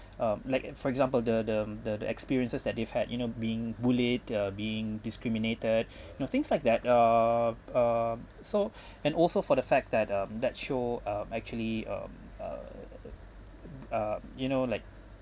uh like for example the the the the experiences that they've had you know being bullied uh being discriminated know things like that uh uh so and also for the fact that um that show um actually um uh uh you know like